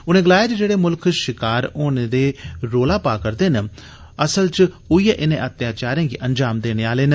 उनें गलाया जेड़े मुल्ख शिकार होने दे रौला पा रदे न असल च उऐे इनें अत्याचारें गी अंजाम देने आले न